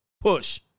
Push